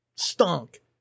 stunk